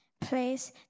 place